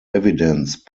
evidence